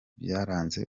byaranze